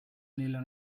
nella